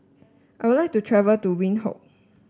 I would like to travel to Windhoek